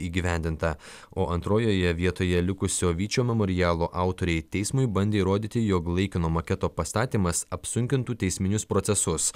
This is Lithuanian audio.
įgyvendinta o antrojoje vietoje likusio vyčio memorialo autoriai teismui bandė įrodyti jog laikino maketo pastatymas apsunkintų teisminius procesus